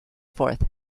forth